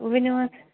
ؤنِو حظ